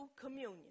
communion